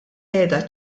qiegħda